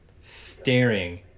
Staring